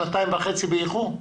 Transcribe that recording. שנתיים וחצי באיחור?